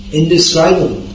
indescribable